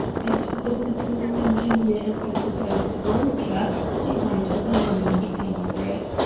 and the supposed engineer and the supposed broker divide the money he paid for it.